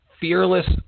fearless